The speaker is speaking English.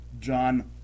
John